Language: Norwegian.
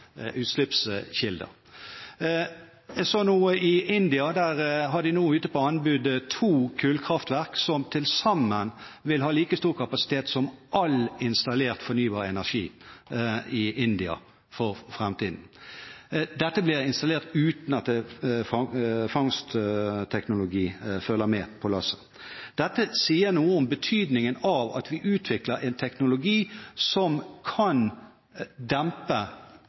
Jeg så nå i India, der har de ute på anbud to kullkraftverk som til sammen vil ha like stor kapasitet som all installert fornybar energi i India for framtiden. Dette blir installert uten at fangstteknologi følger med på lasset. Dette sier noe om betydningen av at vi utvikler en teknologi som kan dempe